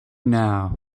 now